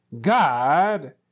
God